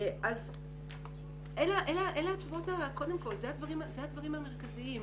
אלו הדברים המרכזיים.